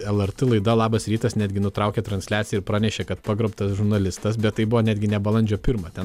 lrt laida labas rytas netgi nutraukė transliaciją ir pranešė kad pagrobtas žurnalistas bet tai buvo netgi ne balandžio pirmą ten